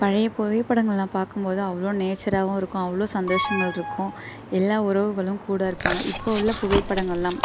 பழைய புகைபடங்களை பார்க்கும் போது அவ்வளோ நேச்சராகவும் இருக்கும் அவ்வளோ சந்தோஷங்கள் இருக்கும் எல்லா உறவுகளும் கூட இருப்பாங்க இப்போ உள்ள புகைப்படங்கள்லாம்